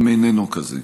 אם איננו כזה.